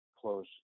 close